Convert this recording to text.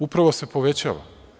Upravo se povećava.